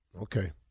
Okay